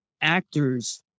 actors